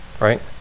right